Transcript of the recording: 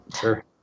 sure